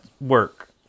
work